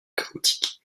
chaotique